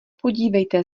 podívejte